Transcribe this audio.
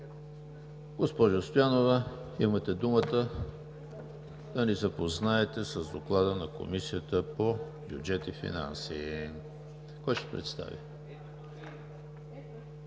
Госпожо Стоянова, имате думата да ни запознаете с Доклада на Комисията по бюджет и финанси. ДОКЛАДЧИК